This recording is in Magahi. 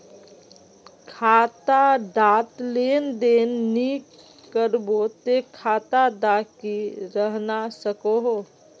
खाता डात लेन देन नि करबो ते खाता दा की रहना सकोहो?